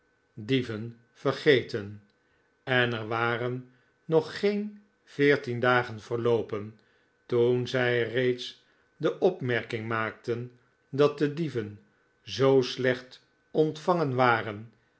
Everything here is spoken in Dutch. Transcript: dieven vergeten en er waren nog geen veertien dagen verloopen toen zij reeds de opmerking maakten dat de dieven zoo slecht ontvangen waren